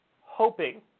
hoping